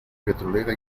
petrolera